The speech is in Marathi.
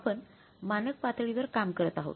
आपण मानक पातळीवर काम करत आहोत